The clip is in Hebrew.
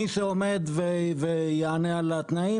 מי שעומד ויענה על התנאים,